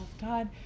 God